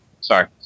Sorry